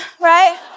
right